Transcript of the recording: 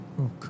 Okay